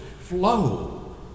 flow